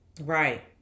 right